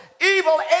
evil